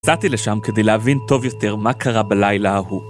יצאתי לשם כדי להבין טוב יותר מה קרה בלילה ההוא.